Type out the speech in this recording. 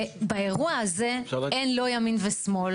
באירוע הזה אין לא ימין ולא שמאל.